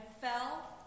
fell